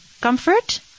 Comfort